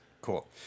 Cool